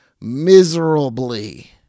miserably